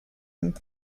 him